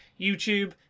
youtube